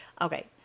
Okay